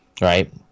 right